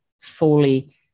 fully